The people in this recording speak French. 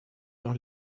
dans